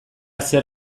zer